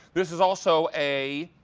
this is also a